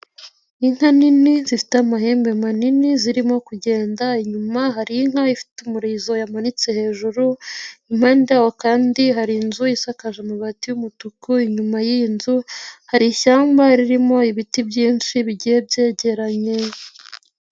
Inka nini zifite amahembe manini zirimo kugenda, inyuma hari inka ifite umurizo yamanitse hejuru, impande y'aho kandi hari inzu isakaje amabati y'umutuku, inyuma y'iyi nzu hari ishyamba ririmo ibiti byinshi bigiye byegeranye.